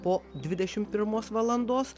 po dvidešimt pirmos valandos